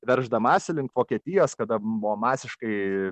verždamasi link vokietijos kada buvo masiškai